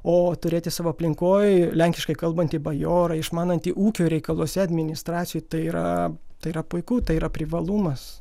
o turėti savo aplinkoj lenkiškai kalbantį bajorą išmanantį ūkio reikaluose administracijų tai yra tai yra puiku tai yra privalumas